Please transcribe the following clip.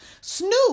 Snoop